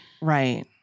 Right